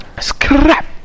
Scrap